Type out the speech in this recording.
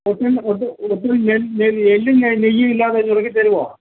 കുറച്ച് എല്ലും എല്ലും നെയ്യുമില്ലാതെ നുറുക്കിത്തരുമോ